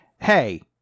hey